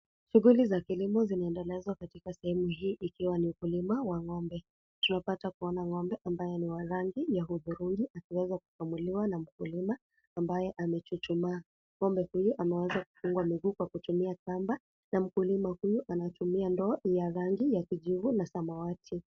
Shughuli za kilimo zinaendelezwa katika sehemu hii ikiwa ni ukulima wa ng'ombe. Tunapata kuona ng'ombe ambaye ni wa rangi ya hudhurungi akiweza kukamuliwa na mkulima ambaye amechuchuma. Ng'ombe huyu ameweza kufungwa miguu kwa kutumia kamba na mkulima huyu anatumia ndoo ya rangi ya kijivu na samawati.